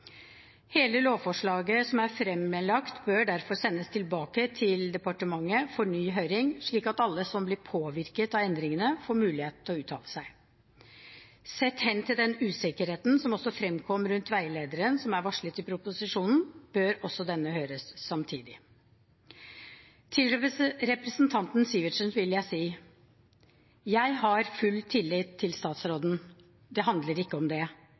Hele lovforslaget som er fremlagt, bør derfor sendes tilbake til departementet for ny høring, slik at alle som blir påvirket av endringene, får mulighet til å uttale seg. Sett hen til den usikkerheten som også fremkom rundt veilederen som er varslet i proposisjonen, bør det også holdes høring om denne samtidig. Til representanten Sivertsen vil jeg si: Jeg har full tillit til statsråden. Det handler ikke om det,